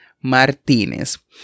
Martínez